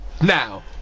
Now